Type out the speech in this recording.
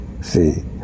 See